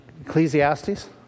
Ecclesiastes